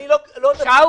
אני לא נביא.